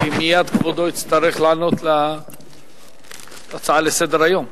מייד כבודו יצטרך לענות על ההצעה לסדר-היום.